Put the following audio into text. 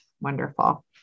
Wonderful